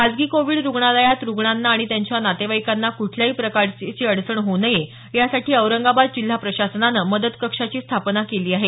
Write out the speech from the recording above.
खाजगी कोवीड रूग्णालयात रुग्णांना आणि त्यांच्या नातेवाइकांना कुठल्याही प्रकारची अडचण येऊ नये यासाठी औरंगाबाद जिल्हा प्रशासनाने मदत कक्षाची स्थापना केली आहे